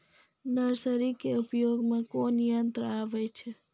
Nursery के उपयोग मे कोन यंत्र आबै छै?